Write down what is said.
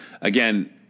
again